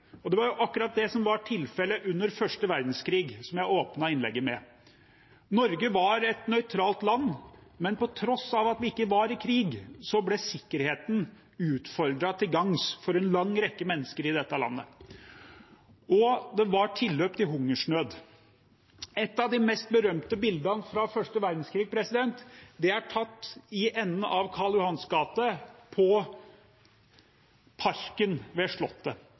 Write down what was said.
Det var akkurat det som var tilfellet under første verdenskrig, som jeg åpnet innlegget med. Norge var et nøytralt land, men på tross av at vi ikke var i krig, ble sikkerheten utfordret til gagns for en lang rekke mennesker i dette landet, og det var tilløp til hungersnød. Et av de mest berømte bildene fra første verdenskrig er tatt i enden av Karl Johans gate i parken ved